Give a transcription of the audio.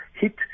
hit